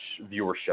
viewership